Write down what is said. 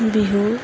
Bihu